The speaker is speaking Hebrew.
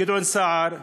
גדעון סער,